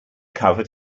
covered